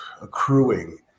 accruing